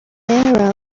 there